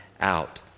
out